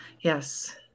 Yes